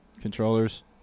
controllers